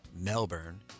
Melbourne